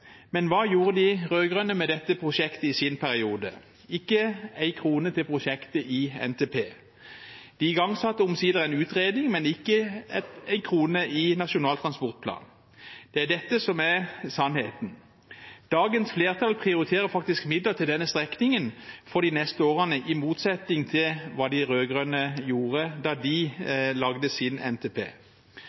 Men hva gjorde de rød-grønne med dette prosjektet i sin periode? – Ikke én krone til prosjektet i Nasjonal transportplan. De igangsatte omsider en utredning, men ikke én krone i NTP. Det er dette som er sannheten. Dagens flertall prioriterer faktisk midler til denne strekningen for de neste årene, i motsetning til hva de rød-grønne gjorde da de laget sin NTP.